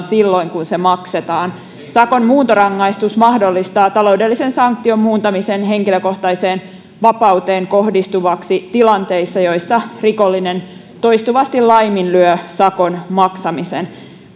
silloin kun se maksetaan sakon muuntorangaistus mahdollistaa taloudellisen sanktion muuntamisen henkilökohtaiseen vapauteen kohdistuvaksi tilanteissa joissa rikollinen toistuvasti laiminlyö sakon maksamisen